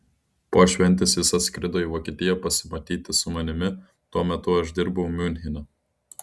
po šventės jis atskrido į vokietiją pasimatyti su manimi tuo metu aš dirbau miunchene